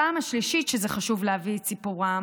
הפעם השלישית שזה חשוב להביא את סיפורם